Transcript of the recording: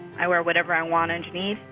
i wear whatever i want and need,